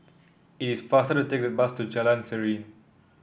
it is faster to take the bus to Jalan Serene